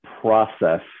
process